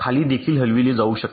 खाली देखील हलविले जाऊ शकते